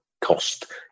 cost